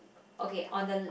okay on the